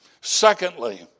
Secondly